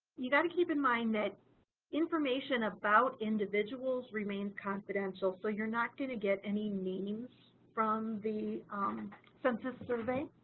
you got to keep in mind that information about individuals remains confidential, so you're not going to get any names from the um census survey